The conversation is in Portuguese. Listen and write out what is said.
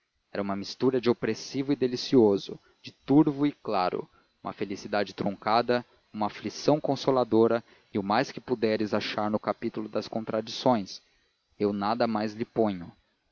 era uma mistura de opressivo e delicioso de turvo e claro uma felicidade truncada uma aflição consoladora e o mais que puderes achar no capítulo das contradições eu nada mais lhe ponho